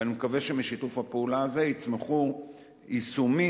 ואני מקווה שמשיתוף הפעולה הזה יצמחו יישומים